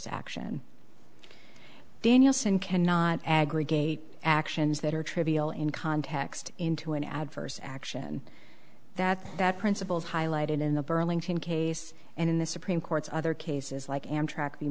action danielson cannot aggregate actions that are trivial in context into an adverse action that that principles highlighted in the burlington case and in the supreme court's other cases like amtrak the